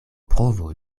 provo